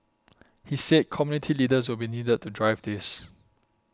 he said community leaders will be needed to drive this